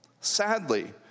Sadly